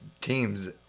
teams